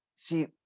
See